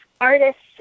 Artists